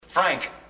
Frank